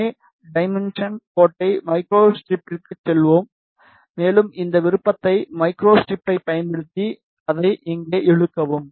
எனவே டிரான்ஸ்மிஷன் கோட்டை மைக்ரோஸ்டிரிப்பிற்குச் செல்வோம் மேலும் இந்த விருப்பத்தை மைக்ரோஸ்டிரிப்பைப் பயன்படுத்தி அதை இங்கே இழுக்கவும்